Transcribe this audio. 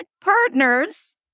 partners